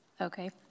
Okay